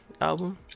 album